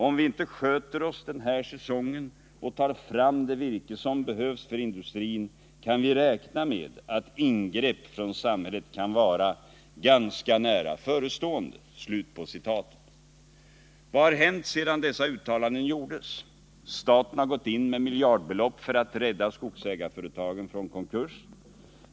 Om vi inte sköter oss den här säsongen och tar fram det virke som behövs för industrin kan vi räkna med att ingrepp från samhället kan vara ganska nära förestående.” Vad har hänt sedan dessa uttalanden gjordes? Staten har gått in med miljardbelopp för att rädda skogsägarföretagen från konkurs.